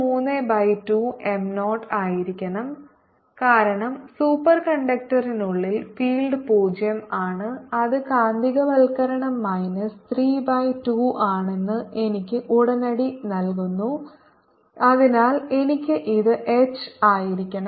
0 B0H MH M32 Bapplied0 H B കാരണം സൂപ്പർകണ്ടക്ടറിനുള്ളിൽ field 0 ആണ് അത് കാന്തികവൽക്കരണം മൈനസ് 3 ബൈ 2 ആണെന്ന് എനിക്ക് ഉടനടി നൽകുന്നു അതിനാൽ എനിക്ക് ഇത് എച്ച് ആയിരിക്കണം